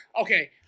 Okay